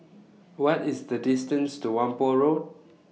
What IS The distance to Whampoa Road